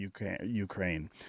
Ukraine